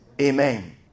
Amen